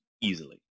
easily